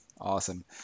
Awesome